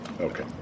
Okay